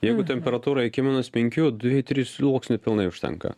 jeigu temperatūra iki minus penkių dviejų trijų trisluoksnių pilnai užtenka